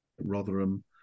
Rotherham